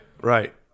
right